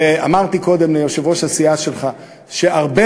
ואמרתי קודם ליושב-ראש הסיעה שלך שהרבה